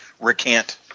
recant